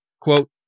quote